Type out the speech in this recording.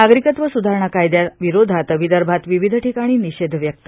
नागरिकत्व सुधारणा कायदा विरोधात विदर्भात विविध ठिकाणी निषेध व्यक्त